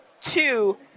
Two